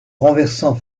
renversant